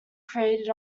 created